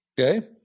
Okay